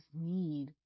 need